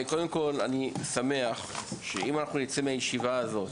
אז קודם כל, אני אשמח אם אנחנו נצא מהישיבה הזאת